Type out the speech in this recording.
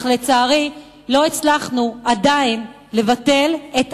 אך לצערי לא הצלחנו עדיין לבטל את